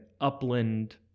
upland